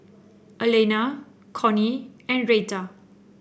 Elaina Connie and Reta